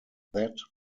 that